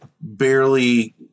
barely